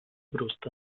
brust